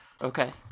okay